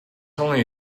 only